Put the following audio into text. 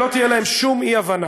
שלא תהיה להם שום אי-הבנה: